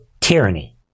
tyranny